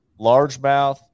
largemouth